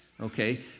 okay